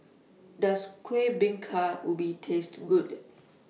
Does Kueh Bingka Ubi Taste Good